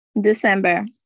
December